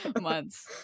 months